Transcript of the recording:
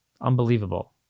Unbelievable